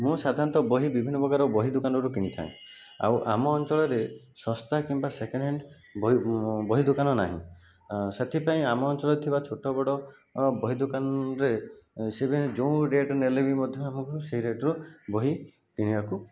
ମୁଁ ସାଧାରଣତଃ ବହି ବିଭିନ୍ନ ପ୍ରକାର ବହି ଦୋକାନରୁ କିଣିଥାଏ ଆଉ ଆମ ଅଞ୍ଚଳରେ ଶସ୍ତା କିମ୍ବା ସେକେଣ୍ଡ ହ୍ୟାଣ୍ଡ ଦୋକାନ ନାହିଁ ସେଥିପାଇଁ ଆମ ଅଞ୍ଚଳରେ ଥିବା ଛୋଟ ବଡ଼ ବହି ଦୋକାନରେ ସେମାନେ ଯେଉଁ ରେଟ ନେଲେ ବି ମଧ୍ୟ ଆମକୁ ସେଇ ରେଟର ବହି କିଣିବାକୁ